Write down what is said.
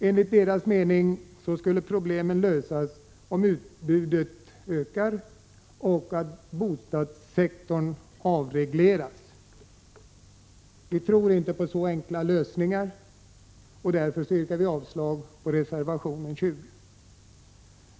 Enligt deras mening skulle problemen lösas om utbudet ökade och bostadssektorn avreglerades. Vi tror inte på så enkla lösningar, och därför yrkar jag avslag på reservation 20.